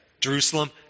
Jerusalem